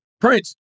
Prince